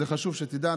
זה חשוב שתדע,